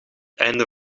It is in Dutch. einde